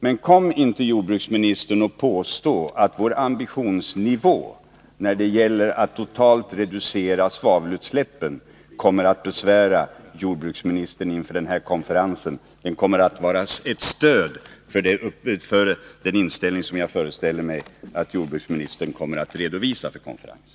Men påstå nu inte, herr jordbruksminister, att vår ambitionsnivå när det gäller total reducering av svavelutsläppen kommer att besvära jordbruksministern inför konferensen! Den ambitionsnivån kommer att vara ett stöd för den inställning som jag utgår från att jordbruksministern kommer att redovisa vid konferensen.